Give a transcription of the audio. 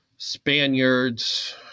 Spaniards